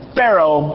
Pharaoh